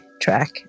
track